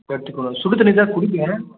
சுடு தண்ணிதான் குடிக்கிறேன்